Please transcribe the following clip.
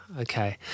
okay